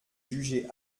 juger